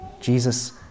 Jesus